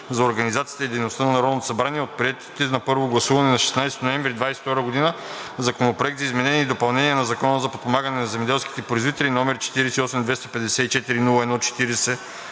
за организацията и дейността на Народното събрание, от приетите на първо гласуване на 16 ноември 2022 г. Законопроект за изменение и допълнение на Закона за подпомагане на земеделските производители, № 48 254 01-40,